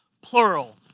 plural